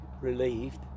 relieved